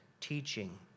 teaching